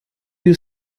you